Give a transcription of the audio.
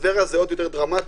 בטבריה זה עוד יותר דרמטי,